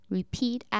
Repeat